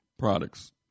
products